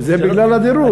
זה בגלל הדירוג.